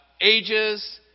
ages